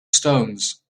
stones